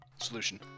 Solution